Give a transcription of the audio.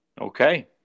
Okay